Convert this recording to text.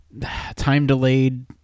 time-delayed